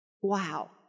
Wow